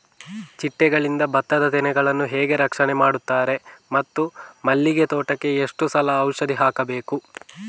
ಚಿಟ್ಟೆಗಳಿಂದ ಭತ್ತದ ತೆನೆಗಳನ್ನು ಹೇಗೆ ರಕ್ಷಣೆ ಮಾಡುತ್ತಾರೆ ಮತ್ತು ಮಲ್ಲಿಗೆ ತೋಟಕ್ಕೆ ಎಷ್ಟು ಸಲ ಔಷಧಿ ಹಾಕಬೇಕು?